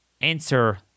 Answer